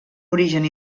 origen